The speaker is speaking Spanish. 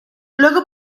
luego